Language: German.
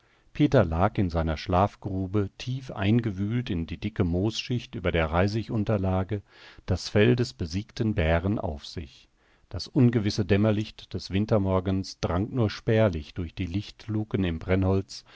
peter lag in seiner schlafgrube tief eingewühlt in die dicke moosschicht über der reisigunterlage das fell des besiegten bären auf sich das ungewisse dämmerlicht des wintermorgens drang nur spärlich durch die lichtluken im brennholz